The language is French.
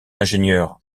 ingénieur